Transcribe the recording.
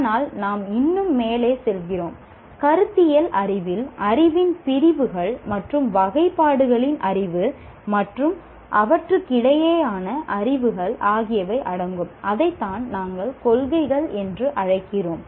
ஆனால் நாம் இன்னும் மேலே செல்கிறோம் கருத்தியல் அறிவில் அறிவின் பிரிவுகள் மற்றும் வகைப்பாடுகளின் அறிவு மற்றும் அவற்றுக்கிடையேயான உறவுகள் ஆகியவை அடங்கும் அதைத்தான் நாங்கள் கொள்கைகள் என்று அழைக்கிறோம்